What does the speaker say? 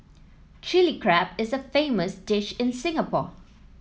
Chilli Crab is a famous dish in Singapore